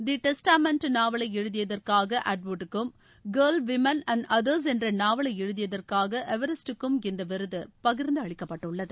தி testaments நாவலை எழுதியதற்காக அத்உட்கும் கேல் உமன் அன்டு அதர்ஸ் என்ற நாவலை எழுதியதற்காக எவரிஸ்டுக்கும் இந்த விருது பகிர்ந்து அளிக்கப்பட்டுள்ளது